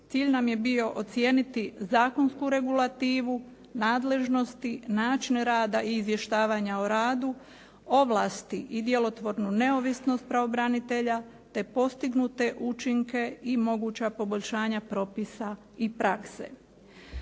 Cilj nam je bio ocijeniti zakonsku regulativu, nadležnosti, način rada i izvještavanja o radu, ovlasti i djelotvornu neovisnost pravobranitelja te postignute učinke i moguća poboljšanja propisa i prakse.